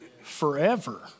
forever